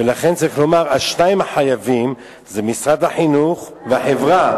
ולכן צריך לומר: השניים החייבים זה משרד החינוך והחברה,